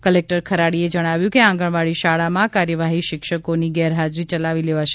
collector ખરાડીએ જણાવ્યું કે આંગણવાડી શાળામાં કાર્યવાહી શિક્ષકોની ગેર હાજરી ચલાવી લેવાશે નહીં